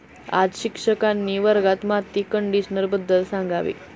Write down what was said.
आज शिक्षकांनी वर्गात माती कंडिशनरबद्दल सांगावे